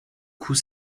coup